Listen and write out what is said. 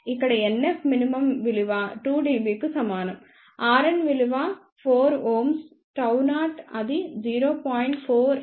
కాబట్టి ఇక్కడ NFmin విలువ 2 dB కు సమానం rn విలువ 4 Ω Γ0 అది 0